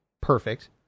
perfect